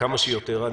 כמה שיותר.